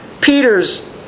Peter's